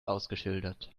ausgeschildert